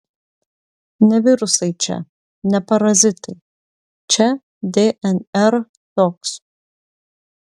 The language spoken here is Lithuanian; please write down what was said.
ne virusai čia ne parazitai čia dnr toks